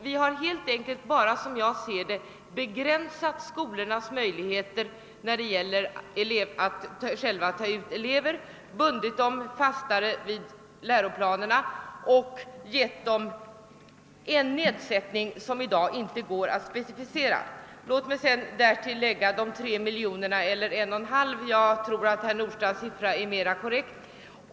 Vi har helt enkelt, som jag ser det, endast begränsat skolornas möjligheter när det gäller att själva ta ut elever, bundit dem fastare vid läroplanerna och gett dem en nedsättning som i dag inte går att specificera. Låt mig därtill lägga de 3 miljonerna — eller 1,5 miljoner; jag tror att herr Nordstrandhs siffra är mer korrekt.